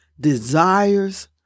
desires